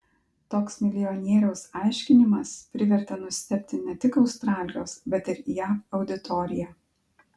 toks milijonieriaus aiškinimas privertė nustebti ne tik australijos bet ir jav auditoriją